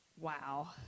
wow